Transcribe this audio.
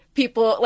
people